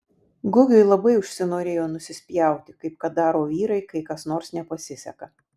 gugiui labai užsinorėjo nusispjauti kaip kad daro vyrai kai kas nors nepasiseka